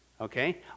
Okay